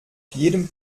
jedem